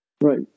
Right